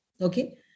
okay